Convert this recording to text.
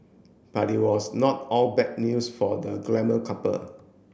but it was not all bad news for the glamour couple